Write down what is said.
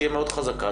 תהיה מאוד חזקה.